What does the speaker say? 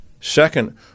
Second